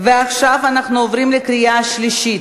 עכשיו אנחנו עוברים לקריאה השלישית.